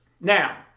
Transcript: Now